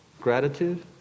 Gratitude